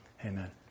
Amen